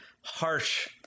harsh